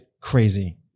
crazy